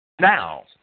Now